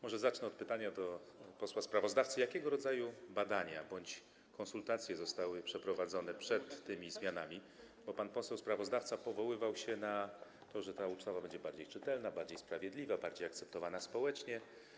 Może zacznę od pytania do posła wnioskodawcy, jakiego rodzaju badania bądź konsultacje zostały przeprowadzone przed tymi zmianami, bo pan poseł wnioskodawca powoływał się na to, że ta ustawa będzie bardziej czytelna, bardziej sprawiedliwa, bardziej akceptowana społecznie.